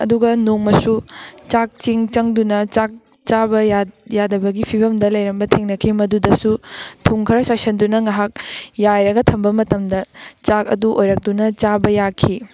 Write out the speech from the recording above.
ꯑꯗꯨꯒ ꯅꯣꯡꯃꯁꯨ ꯆꯥꯛ ꯆꯦꯡ ꯆꯪꯗꯨꯅ ꯆꯥꯛ ꯆꯥꯕ ꯌꯥꯗꯕꯒꯤ ꯐꯤꯕꯝꯗ ꯂꯩꯔꯝꯕ ꯊꯦꯡꯅꯈꯤ ꯃꯗꯨꯗꯁꯨ ꯊꯨꯝ ꯈꯔ ꯆꯥꯏꯁꯤꯟꯗꯨꯅ ꯉꯍꯥꯛ ꯌꯥꯏꯔꯒ ꯊꯝꯕ ꯃꯇꯝꯗ ꯆꯥꯛ ꯑꯗꯨ ꯑꯣꯏꯔꯛꯇꯨꯅ ꯆꯥꯕ ꯌꯥꯈꯤ